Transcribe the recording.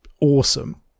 awesome